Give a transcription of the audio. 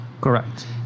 Correct